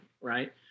right